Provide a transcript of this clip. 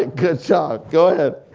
good job, go ahead.